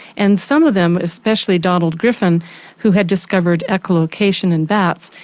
and some of them, especially donald griffin who had discovered echolocation in bats,